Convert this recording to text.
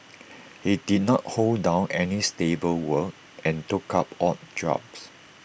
he did not hold down any stable work and took up odd jobs